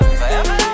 forever